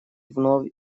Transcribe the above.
вновь